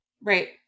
Right